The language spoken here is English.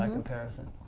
um comparison.